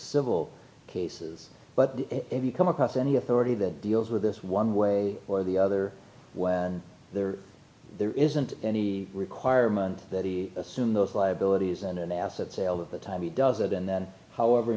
civil cases but if you come across any authority that deals with this one way or the other there there isn't any requirement that he assume those liabilities and an asset sale at the time he does it and then however